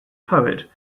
poet